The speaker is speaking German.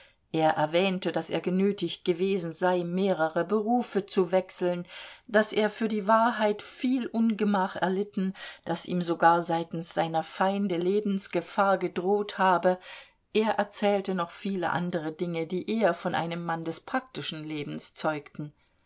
er erwähnte daß er genötigt gewesen sei mehrere berufe zu wechseln daß er für die wahrheit viel ungemach erlitten daß ihm sogar seitens seiner feinde lebensgefahr gedroht habe er erzählte noch viele andere dinge die eher von einem mann des praktischen lebens zeugten